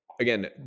again